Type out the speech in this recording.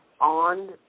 on